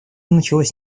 началось